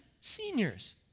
seniors